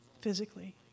physically